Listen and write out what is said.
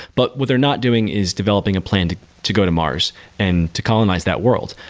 but what they're not doing is developing a plan to to go to mars and to colonize that world.